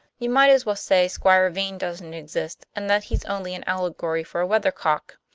you might as well say squire vane doesn't exist, and that he's only an allegory for a weathercock.